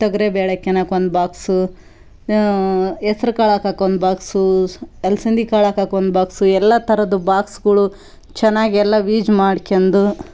ತೊಗ್ರಿ ಬೇಳೆ ಹಾಕ್ಯನಕ ಒಂದು ಬಾಕ್ಸು ಹೆಸ್ರ್ ಕಾಳು ಹಾಕಕ್ ಒಂದು ಬಾಕ್ಸು ಅಲಸಂದಿ ಕಾಳು ಹಾಕೋಕ್ ಒಂದು ಬಾಕ್ಸು ಎಲ್ಲ ಥರದ್ದು ಬಾಕ್ಸ್ಗಳು ಚೆನ್ನಾಗ್ ಎಲ್ಲ ವೀಜ್ ಮಾಡ್ಕೊಂಡು